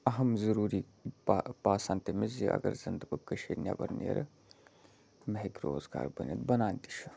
اہم ضٔروٗری باسان تٔمِس زِ اگر زَن تہٕ بہٕ کٔشیٖرِ نٮ۪بر نیرٕ مےٚ ہٮ۪کہِ روزگار بٔنِتھ بنان تہِ چھُ